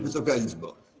Wysoka Izbo!